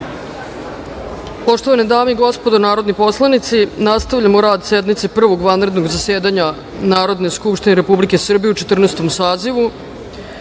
Poštovane dame i gospodo narodni poslanici, nastavljamo rad sednice Prvog vanrednog zasedanja Narodne skupštine Republike Srbije u Četrnaestom